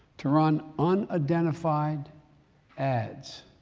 to run unidentified ads